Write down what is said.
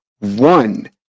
One